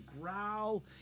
growl